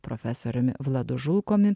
profesoriumi vladu žulkumi